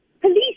Police